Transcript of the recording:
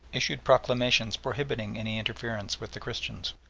issued proclamations prohibiting any interference with the christians.